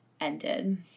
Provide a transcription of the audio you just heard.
ended